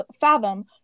fathom